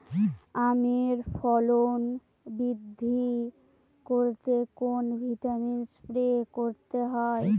আমের ফলন বৃদ্ধি করতে কোন ভিটামিন স্প্রে করতে হয়?